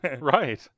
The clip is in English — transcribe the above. Right